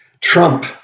Trump